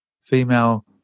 female